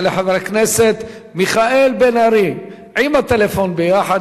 יעלה חבר הכנסת מיכאל בן-ארי, עם הטלפון ביחד.